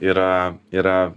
yra yra